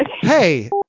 hey